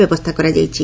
ବ୍ୟବସ୍ରା କରାଯାଇଛି